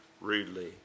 rudely